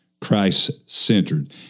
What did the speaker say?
Christ-centered